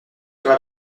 toi